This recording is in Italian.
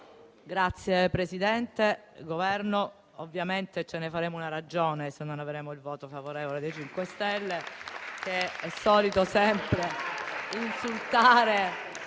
Presidente, Governo, ovviamente ce ne faremo una ragione se non avremo il voto favorevole dei 5 Stelle, che è solito sempre insultare.